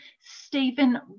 Stephen